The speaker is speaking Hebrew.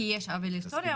כי יש עוול הסטורי,